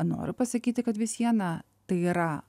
noriu pasakyti kad vis viena tai yra